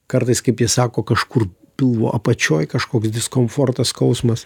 kartais kaip jie sako kažkur pilvo apačioj kažkoks diskomfortas skausmas